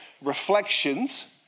reflections